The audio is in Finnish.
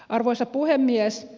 arvoisa puhemies